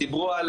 דיברו על